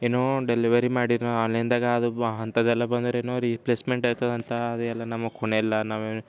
ಇನ್ನೂ ಡೆಲಿವರಿ ಮಾಡಿರುವ ಆನ್ಲೈನ್ದಾಗ ಅದು ಅಂಥದ್ದೆಲ್ಲ ಬಂದರೆ ನೋಡಿ ರಿಪ್ಲೇಸ್ಮೆಂಟ್ ಇರ್ತದ ಅಂತ ಅದೆಲ್ಲ ನಮಗೆ ಕೊನೆಯೆಲ್ಲ ನಾವು